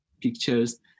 pictures